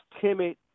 timid